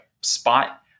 spot